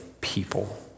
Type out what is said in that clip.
people